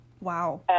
Wow